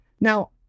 Now